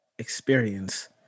experience